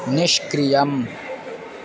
निष्क्रियम्